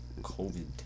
COVID